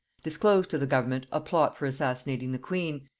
disclosed to the government a plot for assassinating the queen,